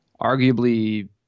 Arguably